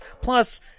Plus